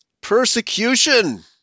persecution